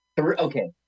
okay